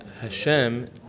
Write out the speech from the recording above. Hashem